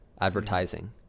advertising